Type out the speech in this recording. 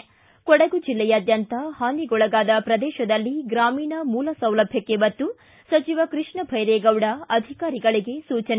ು ಕೊಡಗು ಜಿಲ್ಲೆಯಾದ್ಯಂತ ಹಾನಿಗೊಳಗಾದ ಪ್ರದೇಶದಲ್ಲಿ ಗ್ರಾಮೀಣ ಮೂಲ ಸೌಲಭ್ಯಕ್ಷೆ ಒತ್ತು ಸಚಿವ ಕೃಷ್ಣ ಭೈರೇಗೌಡ ಅಧಿಕಾರಿಗಳಿಗೆ ಸೂಚನೆ